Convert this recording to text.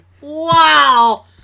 Wow